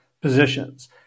positions